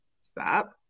stop